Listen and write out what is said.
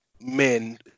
men